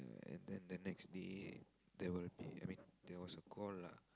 and then the next day there will be I mean there was a call lah